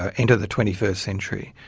ah enter the twenty-first century.